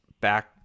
back